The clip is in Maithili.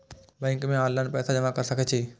बैंक में ऑनलाईन पैसा जमा कर सके छीये?